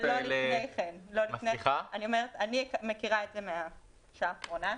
אני מכירה את זה מהשעה האחרונה.